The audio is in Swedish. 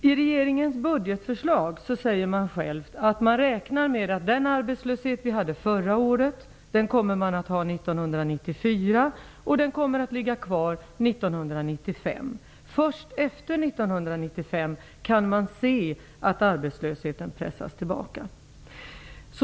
I regeringens budgetförslag säger man att man räknar med att den arbetslöshet vi hade förra året kommer att bestå 1994 och även 1995. Först efter 1995 kan man se att arbetslösheten pressas tillbaka.